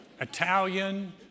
Italian